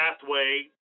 pathway